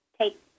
take